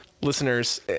Listeners